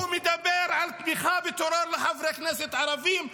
-- הוא מדבר על תמיכה בטרור לחברי כנסת ערבים,